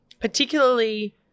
particularly